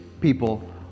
people